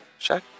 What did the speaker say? Shaq